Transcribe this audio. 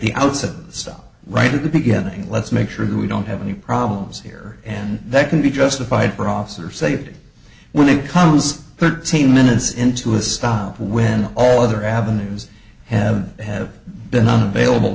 the outset stop right at the beginning let's make sure we don't have any problems here and that can be justified for officer safety when it comes thirteen minutes into a stop when all other avenues have have been unavailable